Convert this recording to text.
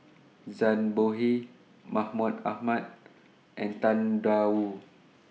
Zhang Bohe Mahmud Ahmad and Tang DA Wu